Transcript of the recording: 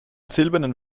silbernen